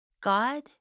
God